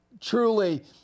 Truly